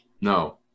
No